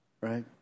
right